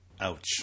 Ouch